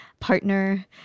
partner